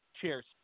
Cheers